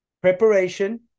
preparation